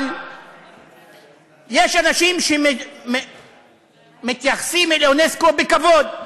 אבל יש אנשים שמתייחסים לאונסק"ו בכבוד.